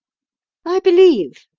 i believe,